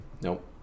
nope